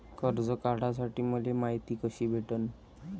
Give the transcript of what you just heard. कर्ज काढासाठी मले मायती कशी भेटन?